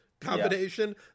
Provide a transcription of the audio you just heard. combination